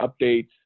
updates